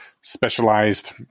specialized